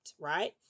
right